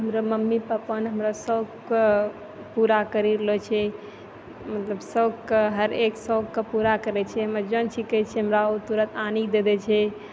हमर मम्मी पापाने हमरा शौकके पूरा करि रहलऽ छै शौकके हरेक शौकके पूरा करै छै हमे जौन चीज कहै छिए हमरा ओ तुरन्त आनिकऽ दै छै